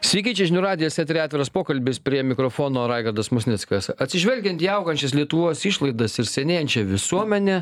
sveiki čia žinių radijas eteryje atviras pokalbis prie mikrofono raigardas musnickas atsižvelgiant į augančias lietuvos išlaidas ir senėjančią visuomenę